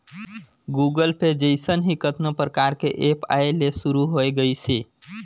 Google Pay जइसन ही कतनो परकार के ऐप आये ले शुरू होय गइसे